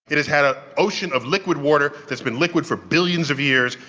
it has had an ocean of liquid water that's been liquid for billions of years.